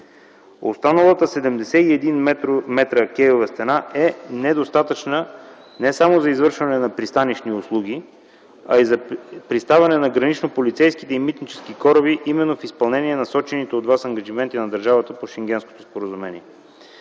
Останалата 71-метра кейова стена е недостатъчна не само за извършване на пристанищни услуги, а и за приставане на граничните и митнически кораби именно в изпълнение насочените от Вас ангажименти на държавата по Шенгенското споразумение.